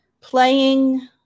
Playing